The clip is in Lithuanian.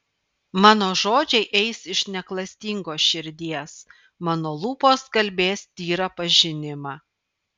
mano žodžiai eis iš neklastingos širdies mano lūpos kalbės tyrą pažinimą